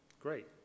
Great